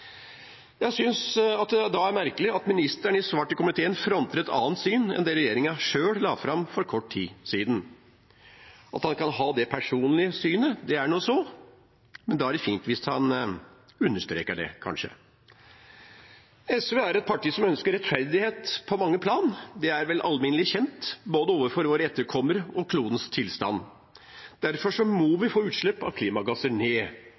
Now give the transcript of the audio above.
da er merkelig at ministeren i svar til komiteen fronter et annet syn enn det regjeringen selv la fram for kort tid siden. At han kan ha det personlige synet, er nå så, men da er det fint hvis han kanskje understreker det. SV er et parti som ønsker rettferdighet på mange plan – det er vel alminnelig kjent – både overfor våre etterkommere og klodens tilstand. Derfor må vi få utslippene av klimagasser ned,